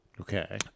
Okay